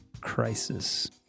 crisis